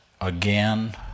again